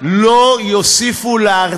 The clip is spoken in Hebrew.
יש כאלה שלא.